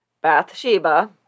Bathsheba